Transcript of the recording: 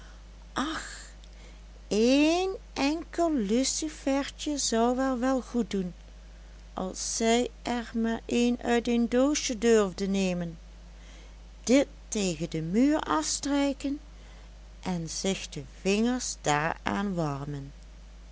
ach een enkel lucifertje zou haar wel goed doen als zij er maar een uit een doosje durfde nemen dit tegen den muur afstrijken en zich de vingers daaraan warmen